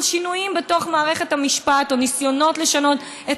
שינויים בתוך מערכת המשפט או ניסיונות לשנות את